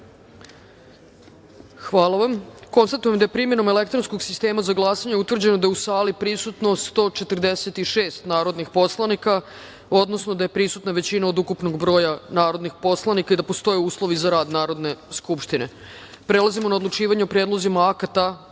glasanje. Konstatujem da je primenom elektronskog sistema za glasanje utvrđeno da je u sali prisutno 146 narodnih poslanika, odnosno da je prisutna većina od ukupnog broja narodnih poslanika i da postoje uslovi za rad Narodne skupštine. Prelazimo na odlučivanje o predlozima akata